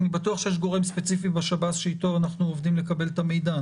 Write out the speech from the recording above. אני בטוח שיש גורם ספציפי בשב"ס שאיתו אנחנו עובדים לקבל את המידע,